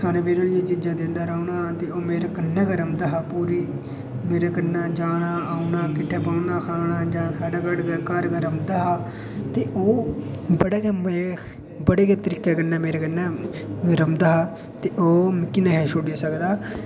एह् खाने पीने आह्लियां चीजां दिंदा रौह्ना ते ओह् मेरे कन्नै गै रौंह्दा हा पूरी मेरे कन्नै जाना औना किट्ठे बौह्ना खाना जां साढ़े घर गै रौंह्दा हा तां ओह् बड़े गै मजे बड़े गै तरीके कन्नै मेरे कश रौंह्दा हा ते ओह् मिगी निं हा छुड़ी सकदा